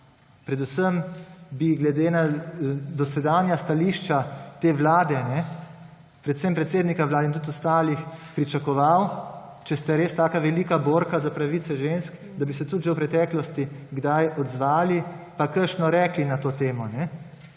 Predvsem bi, glede na dosedanja stališča te vlade, predvsem predsednika Vlade in tudi ostalih, pričakoval, če ste res tako velika borka za pravice žensk, da bi se tudi že v preteklosti kdaj odzvali, pa kakšno rekli na to temo.